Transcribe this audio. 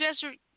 desert